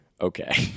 Okay